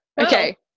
okay